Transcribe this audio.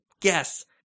guess –